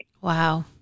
Wow